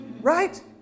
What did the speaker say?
Right